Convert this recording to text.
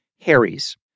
Harry's